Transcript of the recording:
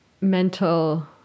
mental